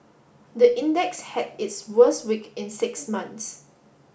the index had its worst week in six months